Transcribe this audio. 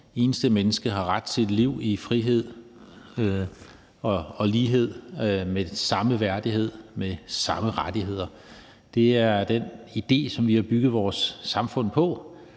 eneste menneske har ret til et liv i frihed med lighed, værdighed og samme rettigheder. Det er den idé, som vi har bygget vores samfund på.